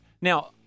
Now